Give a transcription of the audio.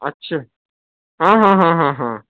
اچھا ہاں ہاں ہاں ہاں ہاں